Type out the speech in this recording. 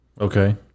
Okay